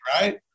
right